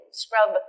scrub